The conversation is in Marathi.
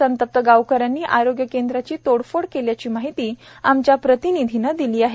संतप्त गावकऱ्यांनी आरोग्य केंद्राची तोडफोड केल्याची माहिती आमच्या प्रतिनिधीने दिली आहे